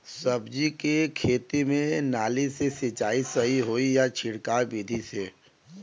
सब्जी के खेती में नाली से सिचाई सही होई या छिड़काव बिधि से?